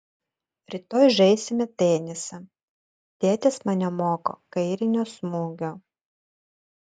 rytoj žaisime tenisą tėtis mane moko kairinio smūgio